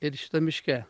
ir šitam miške